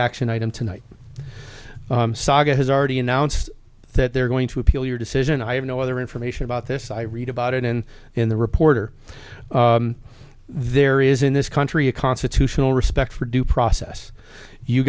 action item tonight saga has already announced that they're going to appeal your decision i have no other information about this i read about it and in the reporter there is in this country a constitutional respect for due process you